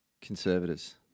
Conservatives